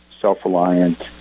self-reliant